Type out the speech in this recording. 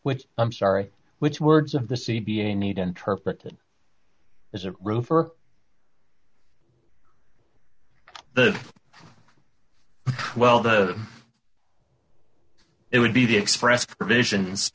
which i'm sorry which words of the c b a need interpreted as a room for the well the it would be the express provisions